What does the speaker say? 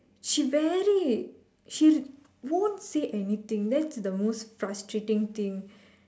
she very she won't say anything that's the most frustrating thing